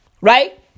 right